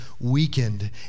weakened